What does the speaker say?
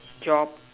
job